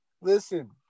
listen